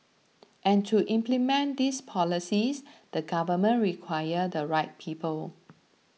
and to implement these policies the government require the right people